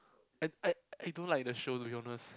I I I don't like the show to be honest